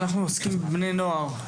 אנחנו עוסקים בבני נוער.